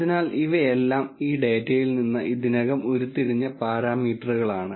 അതിനാൽ ഇവയെല്ലാം ഈ ഡാറ്റയിൽ നിന്ന് ഇതിനകം ഉരുത്തിരിഞ്ഞ പാരാമീറ്ററുകളാണ്